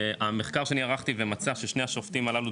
המחקר שאני ערכתי ומצא ששני השופטים הללו,